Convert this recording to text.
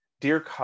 Dear